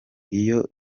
iyo